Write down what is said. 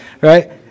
right